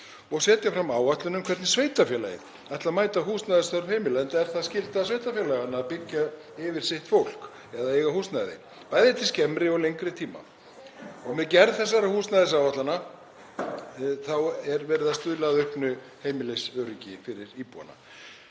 og setja fram áætlun um hvernig sveitarfélagið ætli að mæta húsnæðisþörf heimila, enda er það skylda sveitarfélaganna að byggja yfir sitt fólk eða eiga húsnæði bæði til skemmri og lengri tíma. Með gerð þessara húsnæðisáætlana er verið að stuðla að auknu heimilisöryggi fyrir íbúana.